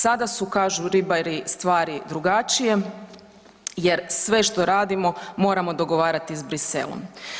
Sada su, kažu ribari, stvari drugačije jer sve što radimo, moramo dogovarati s Bruxellesom.